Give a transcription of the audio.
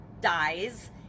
dies